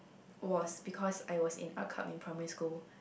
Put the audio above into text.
was because I was in Art Club in primary school